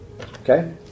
Okay